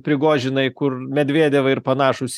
prigožinai kur medviedevai ir panašūs